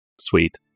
sweet